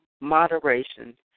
moderation